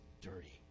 dirty